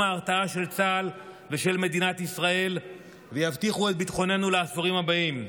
ההרתעה של צה"ל ושל מדינת ישראל ויבטיחו את ביטחוננו לעשורים הבאים.